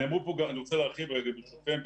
אני רוצה להרחיב, ברשותכם.